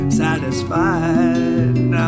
satisfied